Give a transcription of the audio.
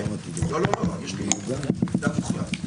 בבקשה.